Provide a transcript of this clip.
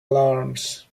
alarms